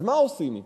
אז מה עושים אתם?